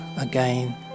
again